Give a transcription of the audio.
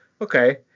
Okay